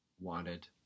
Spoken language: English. wanted